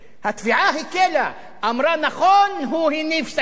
התביעה הקלה, אמרה: נכון, הוא הניף סכין,